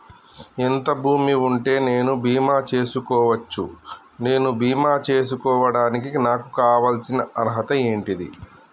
ఎంత భూమి ఉంటే నేను బీమా చేసుకోవచ్చు? నేను బీమా చేసుకోవడానికి నాకు కావాల్సిన అర్హత ఏంటిది?